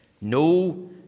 No